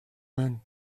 man